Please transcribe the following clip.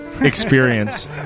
Experience